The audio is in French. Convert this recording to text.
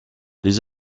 les